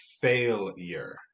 failure